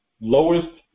lowest